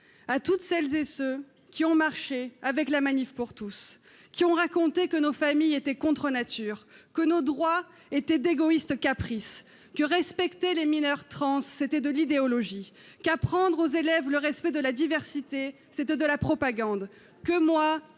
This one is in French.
à toutes celles et à tous ceux qui ont marché avec La Manif pour tous, qui ont raconté que nos familles étaient contre-nature, que nos droits étaient d'égoïstes caprices, que respecter les mineurs trans, c'était de l'idéologie, qu'apprendre aux élèves le respect de la diversité, c'était de la propagande, que moi,